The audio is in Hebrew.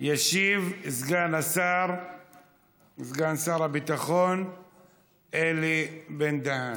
ישיב סגן שר הביטחון אלי בן-דהן.